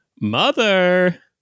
Mother